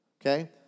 Okay